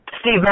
Steve